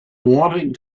wanting